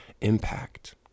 impact